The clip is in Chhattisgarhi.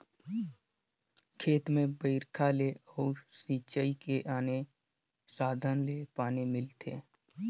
खेत में बइरखा ले अउ सिंचई के आने साधन ले पानी मिलथे